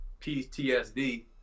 PTSD